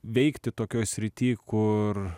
veikti tokioj srity kur